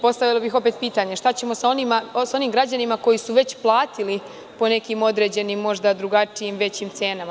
Postavila bih opet pitanje šta ćemo sa onim građanima koji su već platili po nekim određenim, drugačijim, većim cenama?